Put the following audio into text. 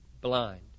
blind